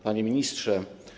Panie Ministrze!